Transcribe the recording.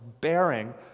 bearing